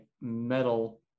metal